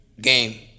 Game